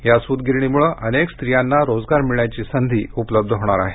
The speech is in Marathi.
या सूत गिरणीमुळं अनेक स्त्रियांना रोजगार मिळण्याची संधी उपलब्ध होणार आहे